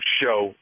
show